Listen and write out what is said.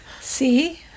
See